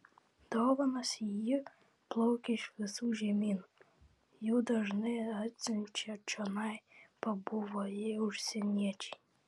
dovanos į jį plaukia iš visų žemynų jų dažnai atsiunčia čionai pabuvoję užsieniečiai